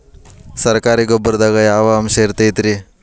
ಸರಕಾರಿ ಗೊಬ್ಬರದಾಗ ಯಾವ ಅಂಶ ಇರತೈತ್ರಿ?